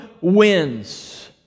wins